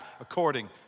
according